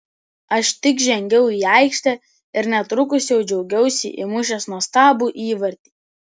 aš tik žengiau į aikštę ir netrukus jau džiaugiausi įmušęs nuostabų įvartį